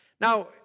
Now